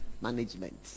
management